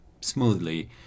smoothly